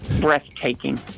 breathtaking